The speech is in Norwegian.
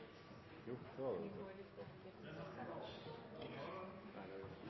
jo det som har